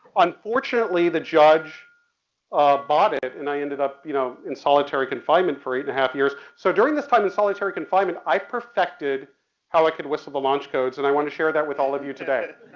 unfortunately the judge bought it and i ended up, you know, in solitary confinement for eight half years. so during this time in solitary confinement i perfected how i could whistle the launch codes and i want to share that with all of you today.